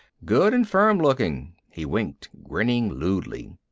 good and firm-looking. he winked, grinning lewdly.